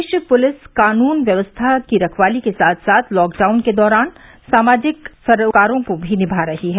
प्रदेश police कानून व्यवस्था की रखवाली के साथ साथ लॉकडाउन के दौरान सामाजिक सरोकारों को भी निभा रही है